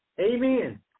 Amen